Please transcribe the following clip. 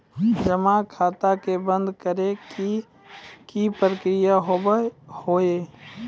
जमा खाता के बंद करे के की प्रक्रिया हाव हाय?